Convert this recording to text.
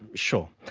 sure.